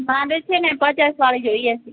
મારે છે ને પચાસવાળી જોઈએ છે